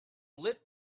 lit